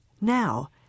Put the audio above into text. Now